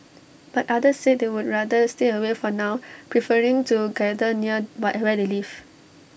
but others said they would rather stay away for now preferring to gather near where they live